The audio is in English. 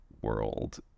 world